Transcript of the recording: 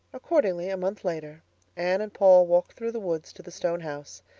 accordingly, a month later anne and paul walked through the woods to the stone house,